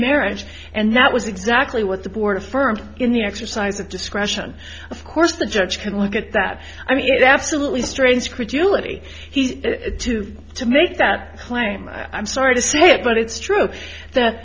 marriage and that was exactly what the board affirmed in the exercise of discretion of course the judge can look at that i mean it absolutely strains credulity he to to make that claim i'm sorry to say it but it's true that